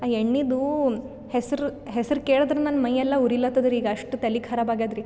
ಆ ಎಣ್ಣೆದು ಹೆಸ್ರು ಹೆಸ್ರು ಕೇಳಿದ್ರೆ ನನ್ನ ಮೈ ಎಲ್ಲ ಉರಿಲತದ್ರಿ ಈಗ ಅಷ್ಟು ತಲಿ ಖರಾಬ್ ಆಗ್ಯಾದ್ರಿ